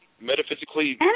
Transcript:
metaphysically